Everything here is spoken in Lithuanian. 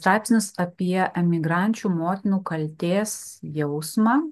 straipsnis apie emigrančių motinų kaltės jausmą